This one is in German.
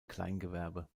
kleingewerbe